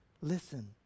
Listen